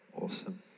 Awesome